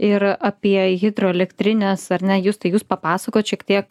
ir apie hidroelektrines ar ne justai jūs papasakojot šiek tiek